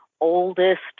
oldest